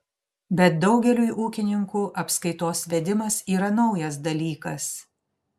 bet daugeliui ūkininkų apskaitos vedimas yra naujas dalykas